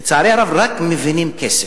לצערי הרב, מבינים רק כסף,